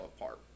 apart